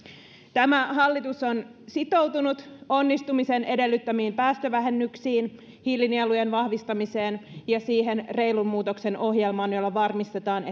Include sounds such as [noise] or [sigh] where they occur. tämä hallitus on sitoutunut onnistumisen edellyttämiin päästövähennyksiin hiilinielujen vahvistamiseen ja siihen reilun muutoksen ohjelmaan jolla varmistetaan [unintelligible]